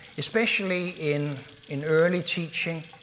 especially in in early teaching.